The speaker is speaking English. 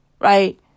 Right